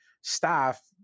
staff